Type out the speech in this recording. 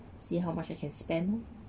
see how much I can spend